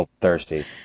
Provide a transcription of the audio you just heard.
thirsty